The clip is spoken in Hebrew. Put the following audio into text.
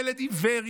ילד עיוור,